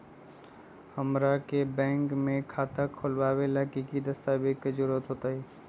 हमरा के बैंक में खाता खोलबाबे ला की की दस्तावेज के जरूरत होतई?